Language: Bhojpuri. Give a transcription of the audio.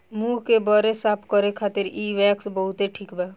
मुंह के बरे साफ करे खातिर इ वैक्स बहुते ठिक बा